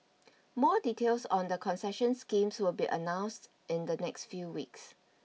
more details on the concession schemes will be announced in the next few weeks